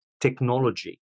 technology